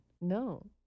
No